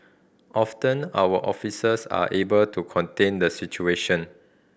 often our officers are able to contain the situation